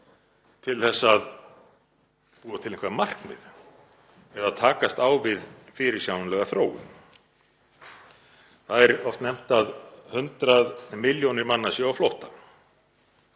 til að búa til eitthvert markmið eða takast á við fyrirsjáanlega þróun. Það er oft nefnt að 100 milljónir manna séu á flótta.